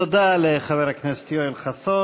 תודה לחבר הכנסת יואל חסון.